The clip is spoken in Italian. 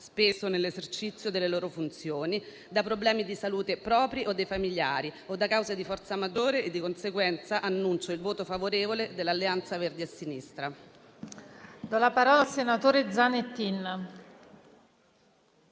spesso nell'esercizio delle loro funzioni da problemi di salute propri o dei familiari, o da cause di forza maggiore. Di conseguenza, annuncio il voto favorevole di Alleanza Verdi e Sinistra.